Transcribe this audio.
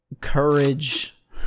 courage